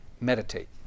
Meditate